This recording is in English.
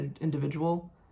individual